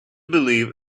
believe